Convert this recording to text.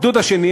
הגדוד השני,